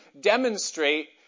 demonstrate